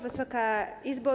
Wysoka Izbo!